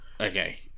Okay